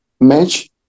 match